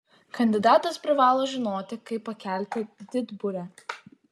kandidatas privalo žinoti kaip pakelti didburę